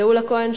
גאולה כהן,